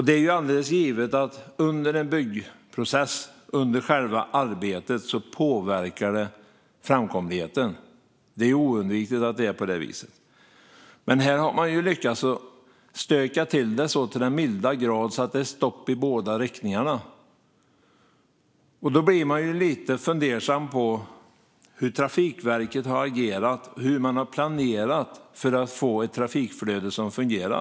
Det är alldeles givet att vid en byggprocess påverkas framkomligheten under själva arbetet. Det är oundvikligt att det är på det viset. Men här har man lyckats att stöka till det så till den milda grad att det är stopp i båda riktningarna. Då blir man lite fundersam över hur Trafikverket har agerat och planerat för att få ett trafikflöde som fungerar.